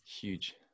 huge